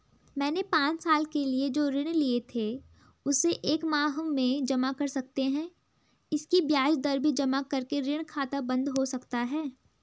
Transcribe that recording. मैंने पांच साल के लिए जो ऋण लिए थे उसे एक माह में जमा कर सकते हैं इसकी ब्याज दर भी जमा करके ऋण खाता बन्द हो सकता है?